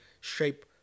shape